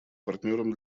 партнером